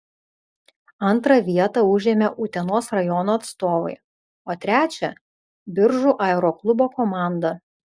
antrą vietą užėmė utenos rajono atstovai o trečią biržų aeroklubo komanda